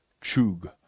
chug